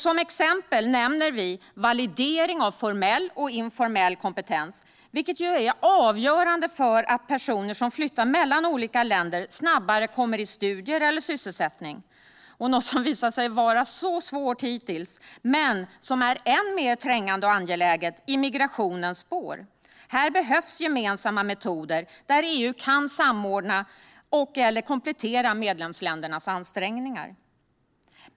Som exempel nämner vi validering av formell och informell kompetens, vilket är avgörande för att personer som flyttar mellan olika länder snabbare ska komma i studier eller i sysselsättning. Det är något som hittills har visat sig vara så svårt, men som är än mer trängande och angeläget i migrationens spår. Här behövs gemensamma metoder där EU kan samordna och/eller komplettera medlemsländernas ansträngningar.